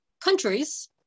countries